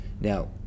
Now